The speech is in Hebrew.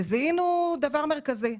זיהינו דבר מרכזי,